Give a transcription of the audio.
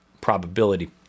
probability